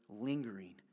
lingering